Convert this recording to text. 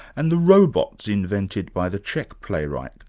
and the robots invented by the czech playwright,